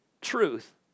truth